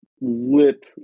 lip